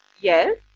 Yes